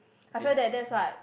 I feel that that's what